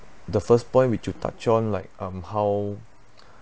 the first point which you touch on like um how